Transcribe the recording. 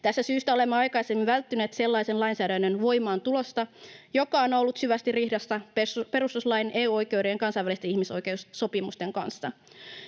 Tästä syystä olemme aikaisemmin välttyneet sellaisen lainsäädännön voimaantulolta, joka on ollut syvästi ristiriidassa perustuslain, EU-oikeuden ja kansainvälisten ihmisoikeussopimusten kanssa.